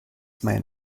main